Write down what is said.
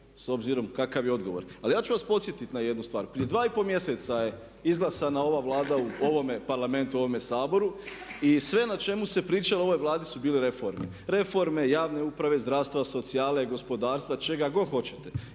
s obzirom kakav je odgovor. Ali ja ću vas podsjetiti na jednu stvar, prije dva i pol mjeseca je izglasana ova Vlada u ovome Parlamentu i ovome Saboru i sve na čemu se pričalo u ovoj Vladi su bile reforme, reforme javne uprave, zdravstva, socijale, gospodarstva, čega god hoćete.